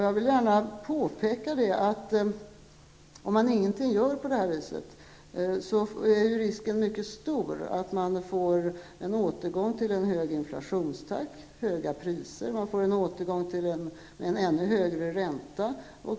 Jag vill påpeka att om man ingenting gör är risken mycket stor att vi får en återgång till hög inflationstakt, höga priser, ännu högre räntor.